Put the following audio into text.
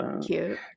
Cute